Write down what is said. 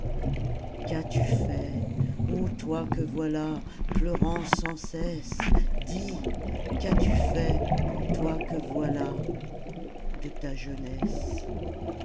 qu'as-tu fait ô toi que voilà pleurant sans cesse dis qu'as-tu fait toi que voilà de ta jeunesse